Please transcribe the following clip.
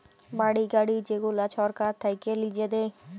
বাড়ি, গাড়ি যেগুলা সরকার থাক্যে লিজে দেয়